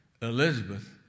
Elizabeth